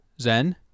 Zen